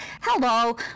hello